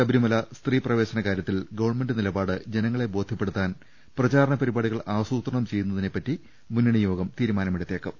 ശബരിമല സ്ത്രീപ്രവേശന കാരൃത്തിൽ ഗവൺമെന്റ് നിലപാട് ജനങ്ങളെ ബോധ്യപ്പെടുത്താൻ പ്രചാരണ പരിപാടികൾ ആസൂത്രണം ചെയ്യുന്നതിനെപ്പറ്റി മുന്നണി യോഗം തീരുമാനം എടുത്തേക്കും